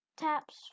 taps